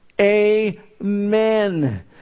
Amen